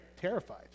terrified